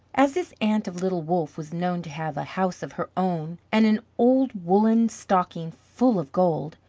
as this aunt of little wolff was known to have a house of her own and an old woollen stocking full of gold,